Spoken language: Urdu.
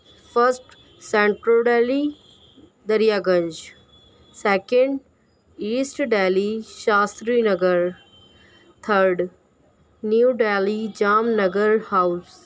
first centre Delhi Daryaganj second east Delhi Shastri Nagar third new Delhi Jamnagar house